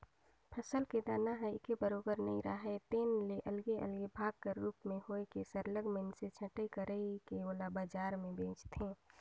फसल के दाना ह एके बरोबर नइ राहय तेन ले अलगे अलगे भाग कर रूप में होए के सरलग मइनसे छंटई कइर के ओला बजार में बेंचथें